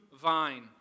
vine